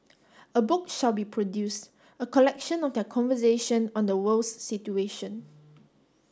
a book shall be produce a collection of their conversation on the world's situation